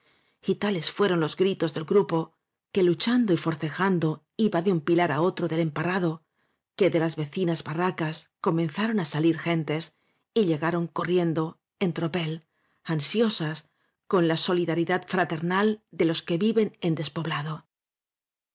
tales fueron los gritos del grupo que luchando y forcejando iba de un pilar á otro del emparrado que de las vecinas barracas comenzaron á salir gentes y lle garon corriendo en tropel ansiosas con la solidaridad fraternal ele los que viven en despoblado